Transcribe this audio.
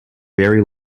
very